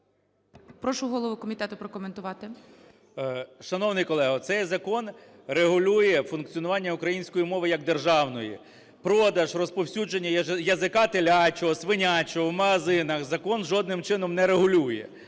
Прошу голову комітету прокоментувати. 13:14:33 КНЯЖИЦЬКИЙ М.Л. Шановний колего, цей закон регулює функціонування української мови як державної. Продаж, розповсюдження язика телячого, свинячого в магазинах закон жодним чином не регулює,